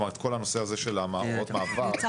כלומר את כל הנושא הזה של הוראות מעבר.